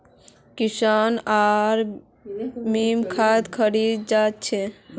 किशन आर मी खाद खरीवा जा छी